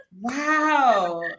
Wow